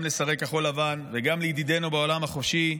גם לשרי כחול לבן וגם לידידינו בעולם החופשי: